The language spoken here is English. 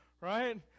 Right